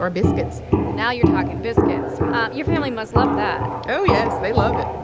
or biscuits now, you're talking. biscuits your family must love that oh, yes, they love it